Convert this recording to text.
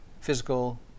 physical